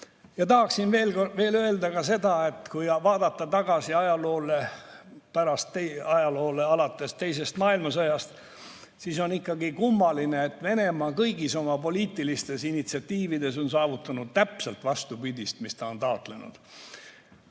Tahaksin veel öelda ka seda, et kui vaadata tagasi ajaloole alates teisest maailmasõjast, siis on ikkagi kummaline, et Venemaa on kõigis oma poliitilistes initsiatiivides saavutanud täpselt vastupidist sellele, mida ta on taotlenud.